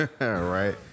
Right